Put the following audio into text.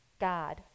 God